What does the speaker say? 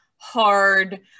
hard